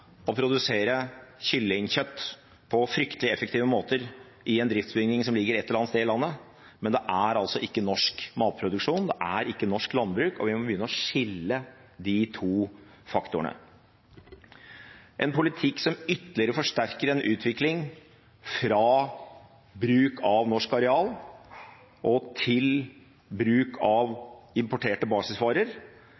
å produsere kyllingkjøtt på fryktelig effektive måter i en driftsbygning som ligger et eller annet sted i landet, men det er altså ikke norsk matproduksjon – det er ikke norsk landbruk. Vi må begynne å skille de to faktorene. En politikk som ytterligere forsterker en utvikling fra bruk av norsk areal og til bruk av